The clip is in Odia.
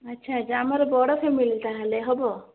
ଆଛା ଆଛା ଆମର ବଡ଼ ଫ୍ୟାମିଲୀ ତାହେଲେ ହେବ